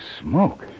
smoke